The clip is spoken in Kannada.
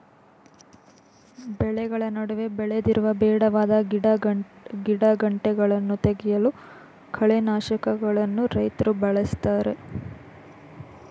ಬೆಳೆಗಳ ನಡುವೆ ಬೆಳೆದಿರುವ ಬೇಡವಾದ ಗಿಡಗಂಟೆಗಳನ್ನು ತೆಗೆಯಲು ಕಳೆನಾಶಕಗಳನ್ನು ರೈತ್ರು ಬಳ್ಸತ್ತರೆ